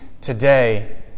today